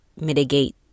mitigate